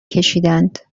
کشیدهاند